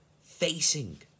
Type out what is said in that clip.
facing